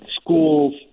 schools